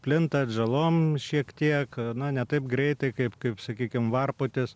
plinta atžalom šiek tiek na ne taip greitai kaip kaip sakykim varpūtis